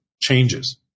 changes